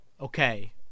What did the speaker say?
okay